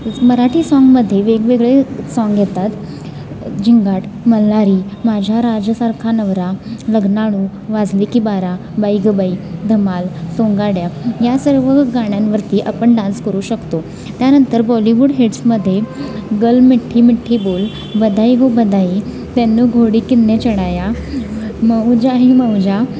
मराठी साँगमध्ये वेगवेगळे साँग येतात झिंगाट मल्हारी माझ्या राजासारखा नवरा लग्नाळू वाजले की बारा बाई ग बाई धमाल सोंगाड्या या सर्व गाण्यांवरती आपण डान्स करू शकतो त्यानंतर बॉलिवूड हिट्समध्ये गल मिठ्ठी मिठ्ठी बोल बधाई गो बधाई तेंनु घोडी किन्ने चढाया मऊजा ही मऊजा